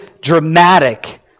dramatic